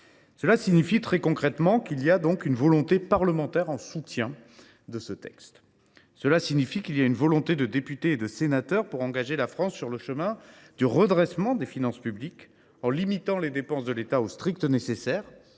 Cela signifie, très concrètement, qu’il y a une volonté parlementaire de soutenir ce texte. Cela signifie qu’il y a une volonté de certains députés et sénateurs d’engager la France sur le chemin du redressement des finances publiques, en limitant les dépenses de l’État au strict nécessaire